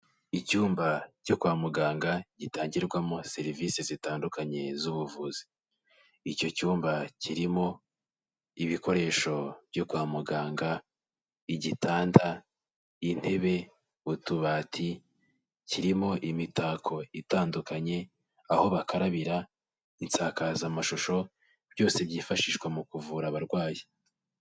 Icyumba cyo kwa muganga gitangirwamo serivise zitandukanye z'ubuvuzi, icyo cyumba kirimo ibikoresho byo kwa muganga igitanda, intebe, utubati, kirimo imitako itandukanye aho bakarabira, insakazamashusho byose byifashishwa mu kuvura abarwayi.